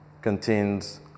contains